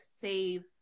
save